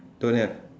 don't have